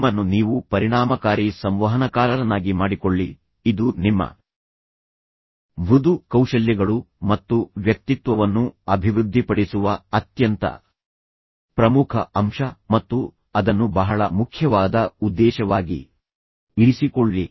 ನಿಮ್ಮನ್ನು ನೀವು ಪರಿಣಾಮಕಾರಿ ಸಂವಹನಕಾರರನ್ನಾಗಿ ಮಾಡಿಕೊಳ್ಳಿ ಇದು ನಿಮ್ಮ ಮೃದು ಕೌಶಲ್ಯಗಳು ಮತ್ತು ವ್ಯಕ್ತಿತ್ವವನ್ನು ಅಭಿವೃದ್ಧಿಪಡಿಸುವ ಅತ್ಯಂತ ಪ್ರಮುಖ ಅಂಶ ಮತ್ತು ಅದನ್ನು ಬಹಳ ಮುಖ್ಯವಾದ ಉದ್ದೇಶವಾಗಿ ಇರಿಸಿಕೊಳ್ಳಿ